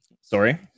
Sorry